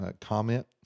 comment